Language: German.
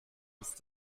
ist